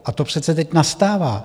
A to přece teď nastává.